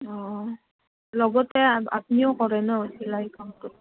অঁ লগতে আপুনিও কৰে ন চিলাই কামটো